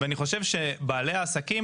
ואני חושב שבעלי העסקים